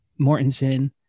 Mortensen